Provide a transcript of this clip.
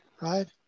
right